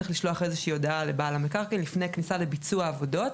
צריך לשלוח איזה שהיא הודעה לבעל המקרקעין לפני כניסה לביצוע עבודות.